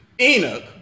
Enoch